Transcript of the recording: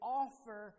offer